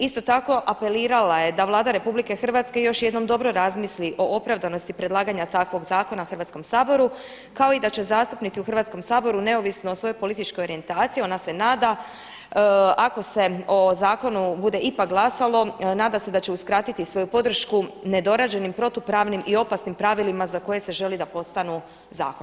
Isto tako apelirala je da Vlada RH još jednom dobro razmisli o opravdanosti predlaganja takvog zakona Hrvatskom saboru, kao i da će zastupnici u Hrvatskom saboru neovisno o svojoj političkoj orijentaciji, ona se nada, ako se o zakonu bude ipak glasalo nada se da će uskratiti svoju podršku nedorađenim protupravnim i opasnim pravilima za koje se želi da postanu zakon.